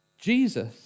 Jesus